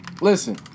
Listen